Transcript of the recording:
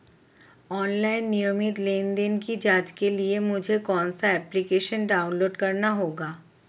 Online नियमित लेनदेन की जांच के लिए मुझे कौनसा एप्लिकेशन डाउनलोड करना होगा?